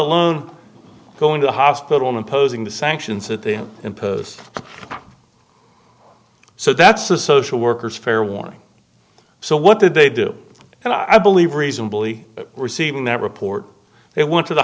alone going to the hospital imposing the sanctions that they impose so that's a social worker's fair warning so what did they do and i believe reasonably receiving that report they went to the